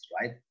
right